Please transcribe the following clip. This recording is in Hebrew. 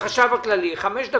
מחדש את